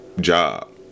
job